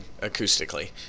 acoustically